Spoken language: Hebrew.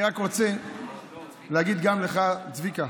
רוצה להגיד גם לך, צביקה,